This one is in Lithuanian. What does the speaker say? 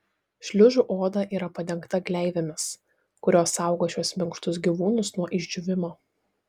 šliužų oda yra padengta gleivėmis kurios saugo šiuos minkštus gyvūnus nuo išdžiūvimo